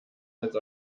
als